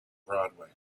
broadway